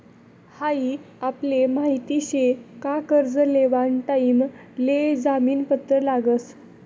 हाई आपले माहित शे का कर्ज लेवाना टाइम ले जामीन पत्र लागस